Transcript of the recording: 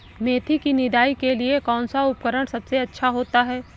मेथी की निदाई के लिए कौन सा उपकरण सबसे अच्छा होता है?